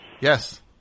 Yes